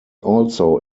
also